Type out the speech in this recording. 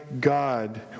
God